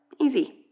Easy